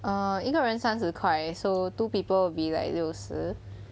err 一个人三十块 so two people will be like 六十